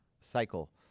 cycle